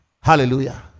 hallelujah